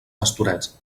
pastorets